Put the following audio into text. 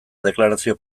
deklarazio